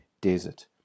desert